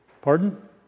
Pardon